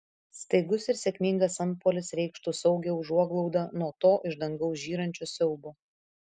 staigus ir sėkmingas antpuolis reikštų saugią užuoglaudą nuo to iš dangaus žyrančio siaubo